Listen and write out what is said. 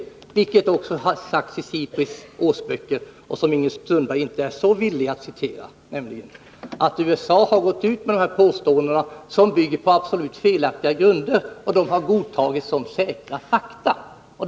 Det har också sagts i SIPRI:s årsböcker, vilket Ingrid Sundberg inte är så villig att citera, att USA har fört fram påståenden som bygger på absolut felaktiga grunder och att dessa har godtagits som säkra fakta.